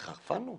התחרפנו?